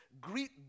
greet